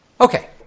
Okay